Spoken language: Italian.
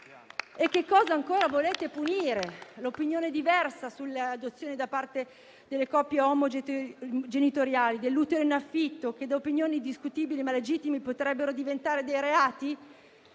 Che cosa ancora volete punire? L'opinione diversa sulle adozioni da parte delle coppie omogenitoriali o sull'utero in affitto che, da opinione discutibile, ma legittima, potrebbe diventare reato?